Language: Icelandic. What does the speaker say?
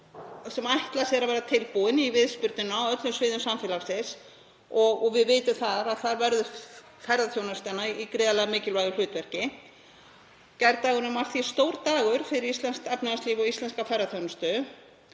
sem ætla sér að vera tilbúin í viðspyrnuna á öllum sviðum samfélagsins og við vitum að þar verður ferðaþjónustan í gríðarlega mikilvægu hlutverki. Gærdagurinn var því stór dagur fyrir íslenskt efnahagslíf og íslenska ferðaþjónustu